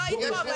לא היית פה.